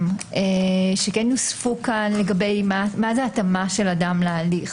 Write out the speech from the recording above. שכן יוספו כאן לגבי ההתאמה של אדם להליך.